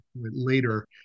later